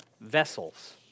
vessels